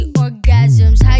orgasms